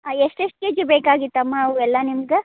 ಹಾಂ ಎಷ್ಟೆಷ್ಟು K G ಬೇಕಾಗಿತ್ತಮ್ಮ ಅವೆಲ್ಲ ನಿಮಗೆ